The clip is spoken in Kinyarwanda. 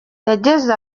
yageze